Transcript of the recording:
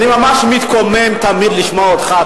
אני ממש מתקומם תמיד כשאני שומע אותך.